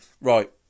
Right